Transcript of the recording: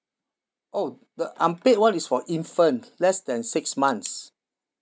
oh the unpaid [one] is for infant less than six months